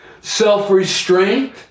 self-restraint